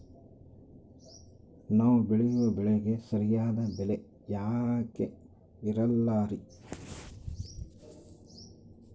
ನಾವು ಬೆಳೆಯುವ ಬೆಳೆಗೆ ಸರಿಯಾದ ಬೆಲೆ ಯಾಕೆ ಇರಲ್ಲಾರಿ?